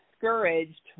discouraged